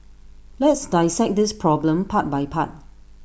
let's dissect this problem part by part